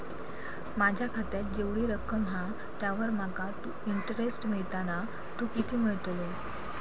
माझ्या खात्यात जेवढी रक्कम हा त्यावर माका तो इंटरेस्ट मिळता ना तो किती मिळतलो?